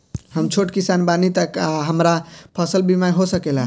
हम छोट किसान बानी का हमरा फसल बीमा हो सकेला?